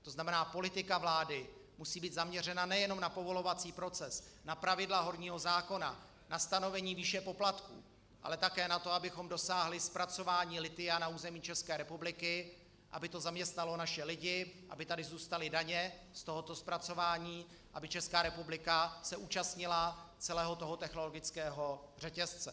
To znamená, politika vlády musí být zaměřena nejenom na povolovací proces, na pravidla horního zákona, na stanovení výše poplatků, ale také na to, abychom dosáhli zpracování lithia na území České republiky, aby to zaměstnalo naše lidi, aby tady zůstaly daně z tohoto zpracování, aby se Česká republika účastnila celého technologického řetězce.